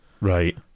right